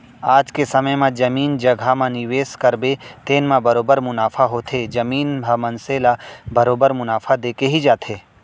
आज के समे म जमीन जघा म निवेस करबे तेने म बरोबर मुनाफा होथे, जमीन ह मनसे ल बरोबर मुनाफा देके ही जाथे